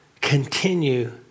continue